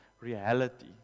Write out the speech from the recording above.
reality